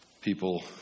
people